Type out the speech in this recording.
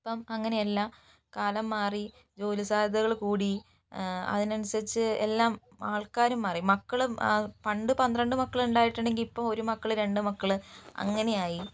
ഇപ്പം അങ്ങനെയല്ല കാലം മാറി ജോലിസാധ്യതകള് കൂടി അതിനനുസരിച്ച് എല്ലാം ആൾക്കാരും മാറി മക്കളും പണ്ട് പന്ത്രണ്ട് മക്കളുണ്ടായിട്ടുണ്ടെകിൽ ഇപ്പോൾ ഒരു മക്കള് രണ്ട് മക്കള് അങ്ങനെയായി